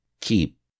keep